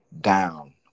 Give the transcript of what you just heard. down